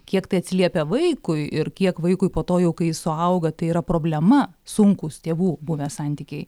kiek tai atsiliepia vaikui ir kiek vaikui po to jau kai suauga tai yra problema sunkūs tėvų buvę santykiai